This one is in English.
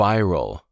Viral